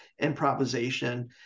improvisation